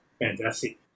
fantastic